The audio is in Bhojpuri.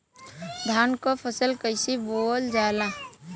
धान क फसल कईसे बोवल जाला?